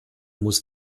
muss